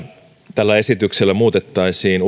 tällä esityksellä muutettaisiin